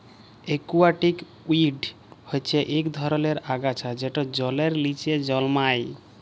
aquatic weed হচ্যে ইক ধরলের আগাছা যেট জলের লিচে জলমাই